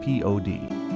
pod